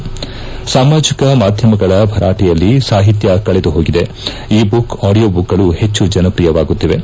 ಪ್ರಸ್ತುತ ಸಾಮಾಜಕ ಮಾಧ್ಯಮಗಳ ಭರಾಟೆಯಲ್ಲಿ ಸಾಹಿತ್ಯ ಕಳೆದು ಹೋಗಿದೆ ಇ ಬುಕ್ ಆಡಿಯೋ ಬುಕ್ಗಳು ಹೆಚ್ಚು ಜನಪ್ರಿಯವಾಗುತ್ತಿವೆ